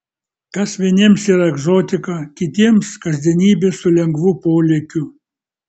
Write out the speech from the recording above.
kas vieniems yra egzotika kitiems kasdienybė su lengvu polėkiu